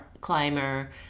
climber